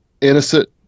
innocent